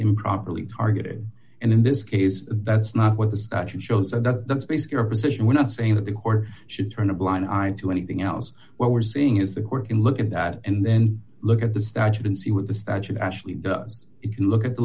improperly targeted and in this case that's not what the statute shows and that's basically our position we're not saying that the court should turn a blind eye to anything else what we're seeing is the court can look at that and then look at the statute and see what the statute actually does if you look